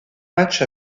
matchs